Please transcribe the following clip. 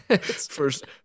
First